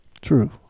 True